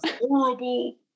Horrible